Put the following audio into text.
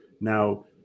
Now